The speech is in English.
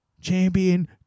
champion